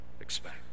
expect